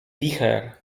wicher